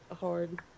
hard